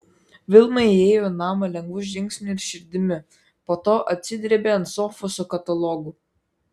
vilma įėjo į namą lengvu žingsniu ir širdimi po to atsidrėbė ant sofos su katalogu